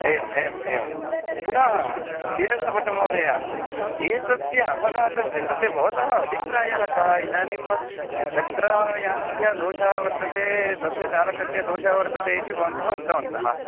एवम् एवम् एवं पुनः श्रीदत्तभट्टमहोदयाः एतस्य अपघातस्य कृते भवतः अभिप्रायः कः इदानीं द्विचक्रयानस्य दोषः वर्तते तस्य चालकस्य दोषः वर्तते इति भवन्तः उक्तवन्तः